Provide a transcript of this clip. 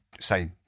say